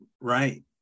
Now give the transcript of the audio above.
Right